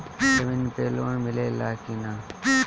जमीन पे लोन मिले ला की ना?